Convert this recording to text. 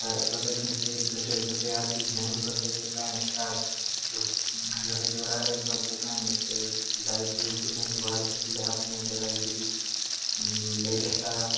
हां औह्दे कन्नै जदें जंदे अस बी जंग बंदे शैल जोरै आहले बंदे इत्थे दुबारी कड्ढी ले अपनी जगह ही जेहड़ी लेई लेता दा